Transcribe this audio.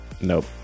nope